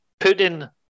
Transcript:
Putin